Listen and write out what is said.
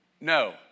No